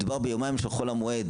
מדובר ביומיים של חול המועד,